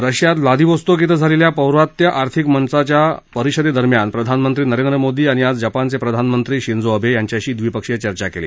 रशियात व्लादीवोस्तोक इथं झालेल्या पौर्वात्य आर्थिक मंचाच्या परिषदेदरम्यान प्रधानमंत्री नरेंद्र मोदी यांनी आज जपानचे प्रधानमंत्री शिंजो अबे यांच्याशी द्विपक्षीय चर्चा केली